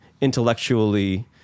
intellectually